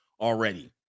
already